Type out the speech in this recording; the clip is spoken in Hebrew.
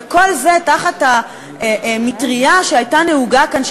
וכל זה תחת המטרייה שהייתה נהוגה כאן,